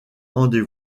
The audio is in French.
rendez